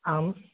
आम्